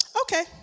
okay